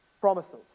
promises